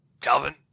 Calvin